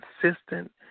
consistent